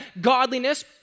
godliness